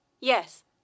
Yes